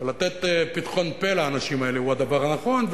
לתת פתחון פה לאנשים האלה הוא הדבר הנכון,